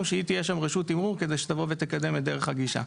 שהיא תהיה שם רשות תמרור כדי שתבוא ותקדם את דרך הגישה.